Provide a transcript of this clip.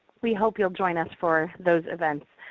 we hope you'll join us for those events.